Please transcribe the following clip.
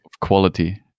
quality